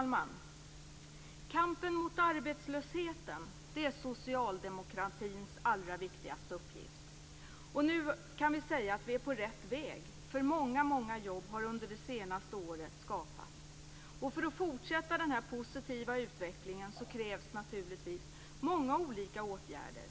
Fru talman! Kampen mot arbetslösheten är socialdemokraternas allra viktigaste uppgift. Nu kan vi säga att vi är på rätt väg. Många jobb har under det senaste året skapats. För att fortsätta denna positiva utveckling krävs det naturligtvis många olika åtgärder.